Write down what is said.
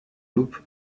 loop